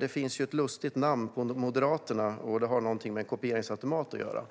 Det finns ett lustigt namn på Moderaterna som har med kopieringsapparater att göra